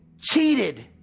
cheated